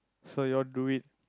so you all do it